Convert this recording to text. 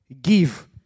give